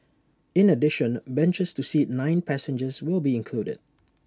in addition benches to seat nine passengers will be included